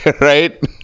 Right